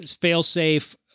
fail-safe